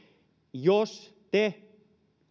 jos te